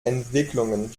entwicklungen